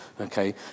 okay